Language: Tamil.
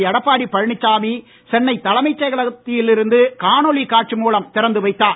எடப்பாடி பழனிசாமி சென்னை தலைமைச் செயலகத்தில் இருந்து காணொளி மூலம் திறந்து வைத்தார்